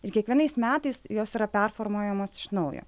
ir kiekvienais metais jos yra performuojamos iš naujo